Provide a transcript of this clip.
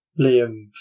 Liam